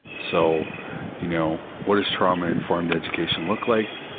so you know, what does trauma in formed education look like?